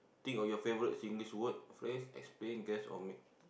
think of your favorite Singlish word phrase explain guess or make